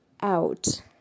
out